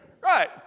Right